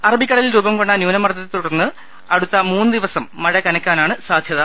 അറബിക്കടലിൽ രൂപം കൊണ്ട ന്യൂന മർദ്ദത്തെ തുടർന്ന് അടുത്ത മൂന്ന് ദിവസം മഴ കനക്കാനാണ് സാന്യത